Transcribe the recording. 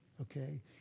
okay